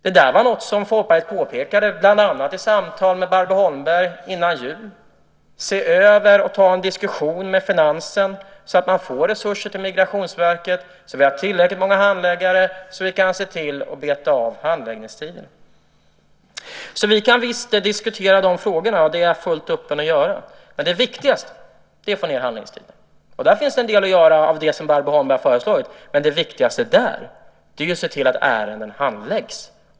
Det där var något som Folkpartiet påpekade bland annat i samtal med Barbro Holmberg före jul, att se över och ta en diskussion med finansen så att man får resurser till Migrationsverket, så att det finns tillräckligt med handläggare som kan beta av handläggningstiderna. Vi kan visst diskutera de frågorna - det är jag fullt öppen att göra. Men det viktigaste är att minska handläggningstiderna. Där finns det en del att göra av det Barbro Holmberg föreslår, men det viktigaste där är att se till att ärenden handläggs.